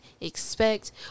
expect